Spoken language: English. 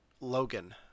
Logan